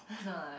no lah like